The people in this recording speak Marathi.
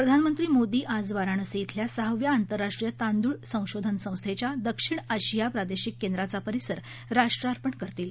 प्रधानमंत्री मोदी आज वाराणसी धिल्या सहाव्या आंतरराष्ट्रीय तांदूळ संशोधन संस्थेच्या दक्षिण आशिया प्रादेशिक केंद्राचा परिसर राष्ट्रार्पणही करतील